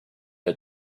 the